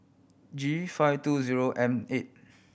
G five two zero M eight